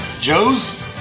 Joe's